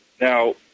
Now